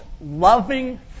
loving